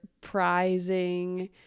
prizing